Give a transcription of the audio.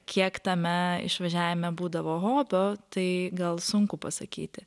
kiek tame išvažiavime būdavo hobio tai gal sunku pasakyti